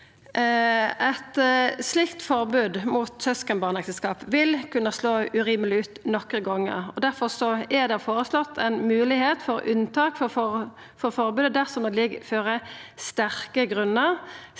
Eit slikt forbod mot søskenbarnekteskap vil kunna slå urimeleg ut nokre gonger. Difor er det føreslått ei moglegheit for unntak frå forbodet dersom det ligg føre sterke grunnar.